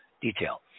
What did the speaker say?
detail